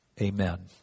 amen